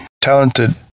talented